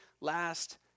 last